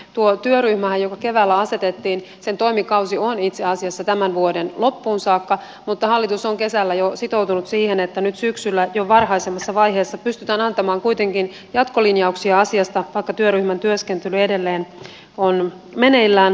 tuon työryhmänhän joka keväällä asetettiin toimikausi on itse asiassa tämän vuoden loppuun saakka mutta hallitus on jo kesällä sitoutunut siihen että nyt syksyllä jo varhaisemmassa vaiheessa pystytään antamaan kuitenkin jatkolinjauksia asiasta vaikka työryhmän työskentely edelleen on meneillään